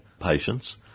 patients